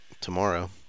tomorrow